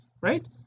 right